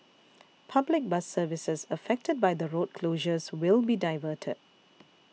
public bus services affected by the road closures will be diverted